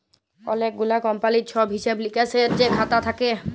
অলেক গুলা কমপালির ছব হিসেব লিকেসের যে খাতা থ্যাকে